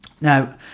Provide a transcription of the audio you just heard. Now